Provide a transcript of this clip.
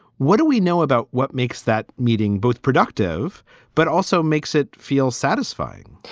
what do we know about what makes that meeting both productive but also makes it feel satisfying?